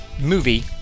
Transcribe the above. movie